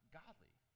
godly